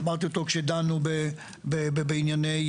אמרתי כשדנו בענייני